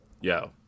Yo